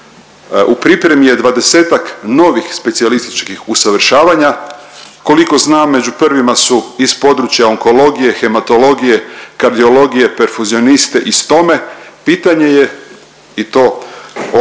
u pripremi je 20-ak novih specijalističkih usavršavanja, koliko znam među prvima su iz područja onkologije, hematologije, kardiologije, perfuzioniste i stome, pitanje je i to odmah